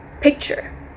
picture